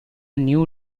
new